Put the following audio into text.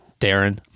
Darren